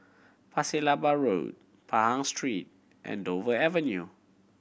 Pasir Laba Road Pahang Street and Dover Avenue